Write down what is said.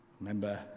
remember